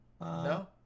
no